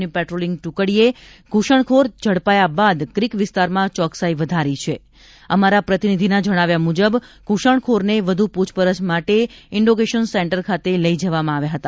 ની પેટ્રોલિંગ ટુકડીએ ઘુસણખોર ઝડપાયા બાદ ક્રિક વિસ્તારમાં ચોક્સાઇ વધારી છે અમારા પ્રતિનિધિના જણાવ્યા મુજબ ઘુસણખોરને વધુ પૂછપરછ માટે ઇન્ડોગેશન સેન્ટર ખાતે લઇ જવામાં આવ્યા હતા